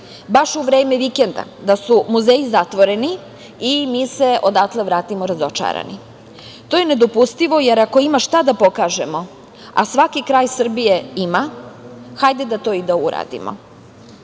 baš u vreme vikenda da su muzeji zatvoreni i mi se odatle vratimo razočarani. To je nedopustivo, jer ako ima šta da pokažemo, a svaki kraj Srbije ima, hajde da to i uradimo. Hajde